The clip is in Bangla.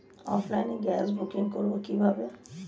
অফলাইনে গ্যাসের বুকিং করব কিভাবে?